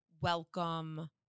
welcome